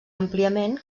àmpliament